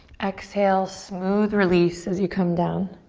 exhale, smooth release as you come down.